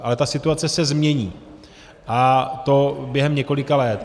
Ale ta situace se změní, a to během několika let.